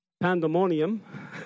pandemonium